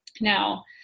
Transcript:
Now